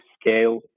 scale